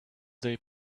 they